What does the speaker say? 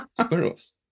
Squirrels